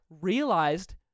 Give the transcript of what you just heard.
realized